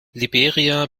liberia